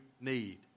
need